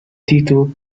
tito